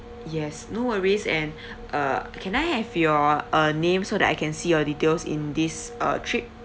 yes no worries and uh can I have your uh name so that I can see your details in this uh trip